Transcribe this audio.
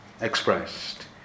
expressed